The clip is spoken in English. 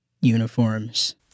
uniforms